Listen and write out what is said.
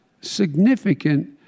significant